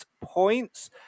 points